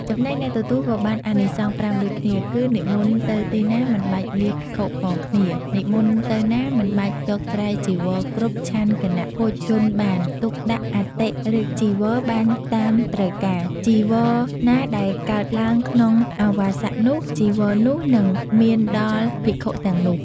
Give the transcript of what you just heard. ចំណែកអ្នកទទួលក៏បានអានិសង្ស៥ដូចគ្នាគឺ និមន្តទៅទីណាមិនបាច់លាភិក្ខុផងគ្នា និមន្តទៅណាមិនបាច់យកត្រៃចីវរគ្រប់ ឆាន់គណភោជនបាន ទុកដាក់អតិរេកចីវរបានតាមត្រូវការ ចីវរណាដែលកើតឡើងក្នុងអាវាសនោះ ចីវរនោះនឹងមានដល់ភិក្ខុទាំងនោះ។